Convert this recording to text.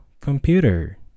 computer